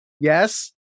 Yes